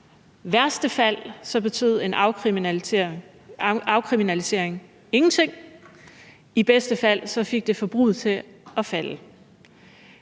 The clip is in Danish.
i værste fald betyder en afkriminalisering ingenting, og i bedste fald får det forbruget til at falde.